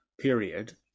period